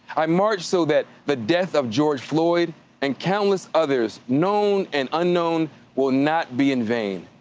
i march so that the death of george floyd and countless others known and unknown will not be in vain.